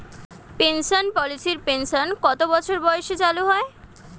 Pension পলিসির pension কত বছর বয়সে চালু হয়?